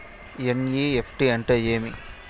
NEFT అంటే ఏమి